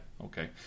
okay